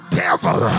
devil